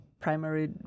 primary